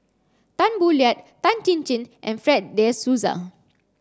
Tan Boo Liat Tan Chin Chin and Fred de Souza